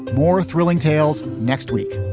more thrilling tales. next week